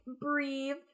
breathe